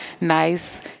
nice